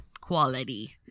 quality